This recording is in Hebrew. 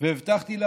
והבטחתי לה